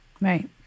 Right